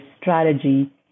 strategy